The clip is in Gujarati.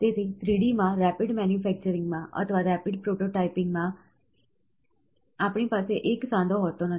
તેથી 3D માં રેપિડ મેન્યુફેક્ચરિંગ માં અથવા રેપિડ પ્રોટોટાઇપિંગ માં આપણી પાસે એક સાંધો હોતો નથી